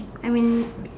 I mean